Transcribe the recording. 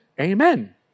amen